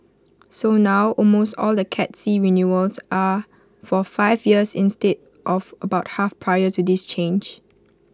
so now almost all the cat C renewals are for five years instead of about half prior to this change